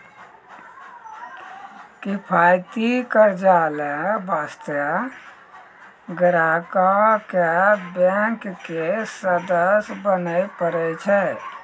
किफायती कर्जा लै बास्ते ग्राहको क बैंक के सदस्य बने परै छै